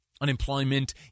Unemployment